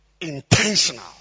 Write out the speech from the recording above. intentional